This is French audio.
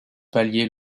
pallier